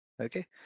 okay